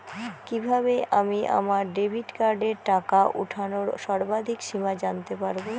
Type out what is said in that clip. কিভাবে আমি আমার ডেবিট কার্ডের টাকা ওঠানোর সর্বাধিক সীমা জানতে পারব?